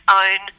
own